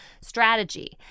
strategy